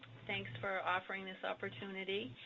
thanks for offering this opportunity.